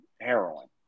heroin